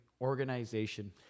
organization